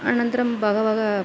अनन्तरं बहवः